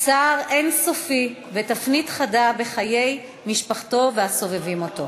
צער אין-סופי ותפנית חדה בחיי משפחתו והסובבים אותו.